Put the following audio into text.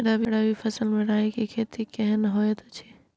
रबी फसल मे राई के खेती केहन होयत अछि?